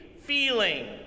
feeling